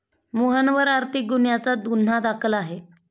मोहनवर आर्थिक गुन्ह्याचा गुन्हा दाखल आहे